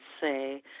say